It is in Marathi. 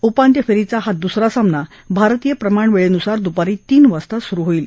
उपांत्य फेरीचा हा दुसरा सामना भारतीय प्रमाणवेळेनुसार दुपारी तीन वाजता सुरु होईल